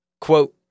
Quote